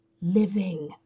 living